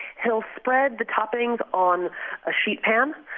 he'll spread the toppings on a sheet pan,